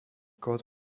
kód